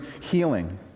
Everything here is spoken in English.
healing